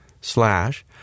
Slash